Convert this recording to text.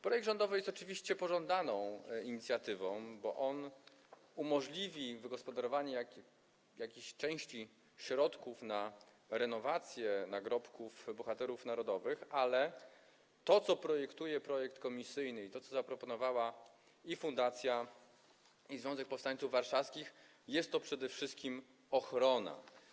Projekt rządowy jest oczywiście pożądaną inicjatywą, bo on umożliwi wygospodarowanie jakiejś części środków na renowację nagrobków bohaterów narodowych, ale to, co przewiduje projekt komisyjny, i to, co zaproponowała i fundacja, i Związek Powstańców Warszawskich, to przede wszystkim ochrona.